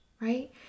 right